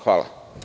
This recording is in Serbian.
Hvala.